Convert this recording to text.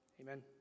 Amen